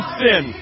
sin